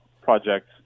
projects